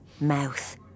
mouth